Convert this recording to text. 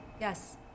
Yes